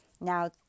now